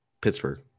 Pittsburgh